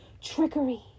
Trickery